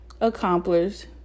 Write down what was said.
accomplished